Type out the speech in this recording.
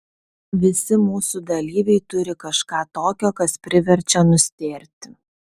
visi mūsų dalyviai turi kažką tokio kas priverčia nustėrti